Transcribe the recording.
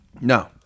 No